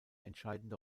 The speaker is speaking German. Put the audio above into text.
entscheidende